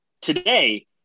Today